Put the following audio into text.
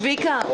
צביקה,